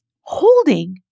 holding